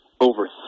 Over